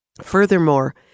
Furthermore